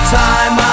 time